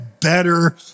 better